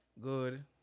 good